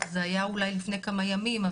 זה היה אולי לפני כמה ימים,